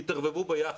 יתערבבו ביחד.